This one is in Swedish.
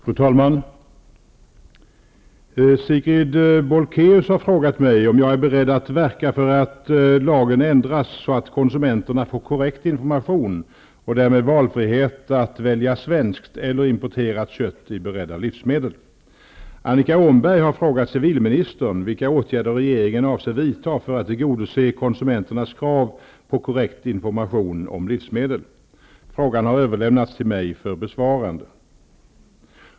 Fru talman! Sigrid Bolkéus har frågat mig om jag är beredd att verka för att lagen ändras så att konsumenterna får korrekt information och därmed valfrihet att välja svenskt eller importerat kött i beredda livsmedel. Annika Åhnberg har frågat civilministern vilka åtgärder regeringen avser vidta för att tillgodose konsumenternas krav på korrekt information om livsmedel. Frågan har överlämnats till mig för besvarande.